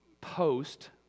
post